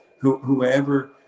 whoever